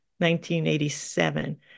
1987